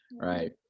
right